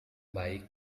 baik